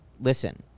listen